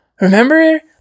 remember